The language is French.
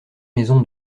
maison